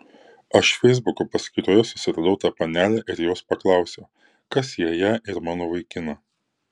aš feisbuko paskyroje susiradau tą panelę ir jos paklausiau kas sieja ją ir mano vaikiną